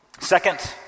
second